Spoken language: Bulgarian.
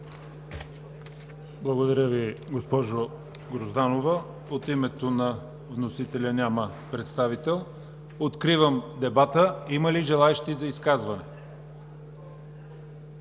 Благодаря Ви, госпожо Грозданова. От името на вносителя няма представител. Откривам дебата. Има ли желаещи за изказвания?